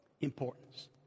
importance